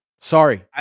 Sorry